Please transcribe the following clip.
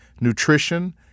nutrition